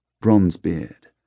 Bronzebeard